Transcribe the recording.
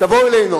תבואו אלינו,